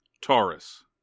Taurus